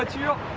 but you